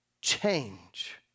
change